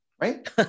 right